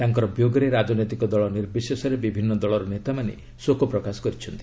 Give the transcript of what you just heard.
ତାଙ୍କର ବିୟୋଗରେ ରାଜନୈତିକ ଦଳ ନିର୍ବିଶେଷରେ ବିଭିନ୍ନ ଦଳର ନେତାମାନେ ଶୋକ ପ୍ରକାଶ କରିଛନ୍ତି